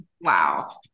Wow